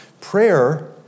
Prayer